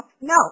No